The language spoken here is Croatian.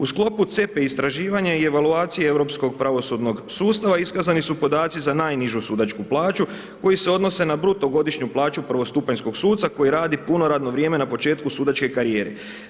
U sklopu CEPA-e istraživanja i evaluacije europskog pravosudnog sustava iskazani su podaci za najnižu sudačku plaću koji se odnose na bruto godišnju plaću prvostupanjskog suca koji radi puno radno vrijeme na početku sudačke karijere.